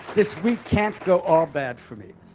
this week can't go all bad for me.